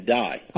die